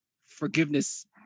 forgiveness